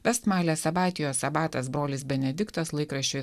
vest males abatijos abatas brolis benediktas laikraščiui